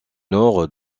nord